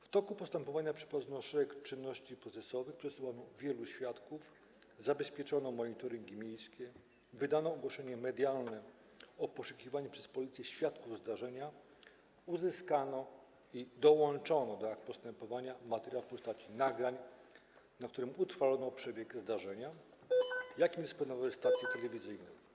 W toku postępowania przeprowadzono szereg czynności procesowych, przesłuchano wielu świadków, zabezpieczono monitoringi miejskie, wystosowano ogłoszenie medialne o poszukiwaniu przez Policję świadków zdarzenia, uzyskano i dołączono do akt postępowania materiał w postaci nagrań, na którym utrwalono przebieg zdarzenia, jakim dysponują stacje telewizyjne.